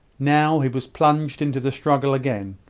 now, he was plunged into the struggle again.